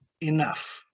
enough